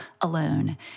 alone